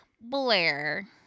Blair